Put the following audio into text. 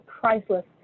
priceless